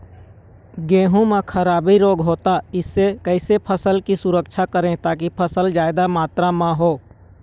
गेहूं म खराबी रोग होता इससे कैसे फसल की सुरक्षा करें ताकि फसल जादा मात्रा म हो?